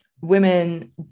women